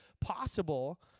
possible